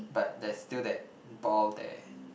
but there's still that ball there